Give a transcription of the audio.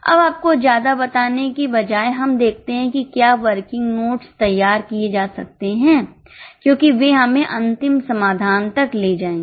अब आपको ज्यादा बताने के बजाय हम देखते हैं कि क्या वर्किंग नोट्स तैयार किए जा सकते हैं क्योंकि वे हमें अंतिम समाधान तक ले जाएंगे